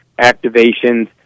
activations